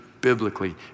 biblically